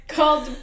Called